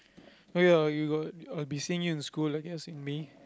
oh ya you got I'll be seeing you in school I guess in May